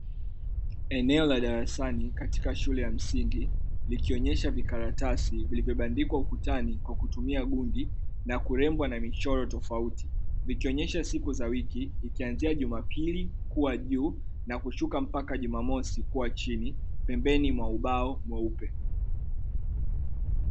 Eneo la darasani katika shule ya msingi likionyesha vikaratasi vilivyobandikwa ukutani kwa kutumia gundi, na kurembwa na michoro tofauti. Vikionyesha siku za wiki ikianzia jumapili kuwa juu na kushuka mpaka jumamosi kuwa chini, pembeni mwa ubao mweupe.